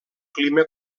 clima